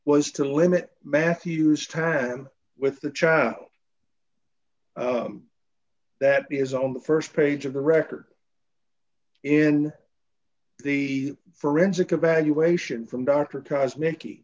was to limit matthew's time with the child that is on the st page of the record in the forensic evaluation from dr cause mickey